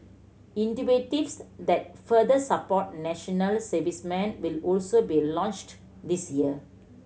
that further support national servicemen will also be launched this year